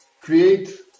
create